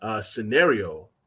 scenario